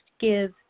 give